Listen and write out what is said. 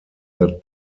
that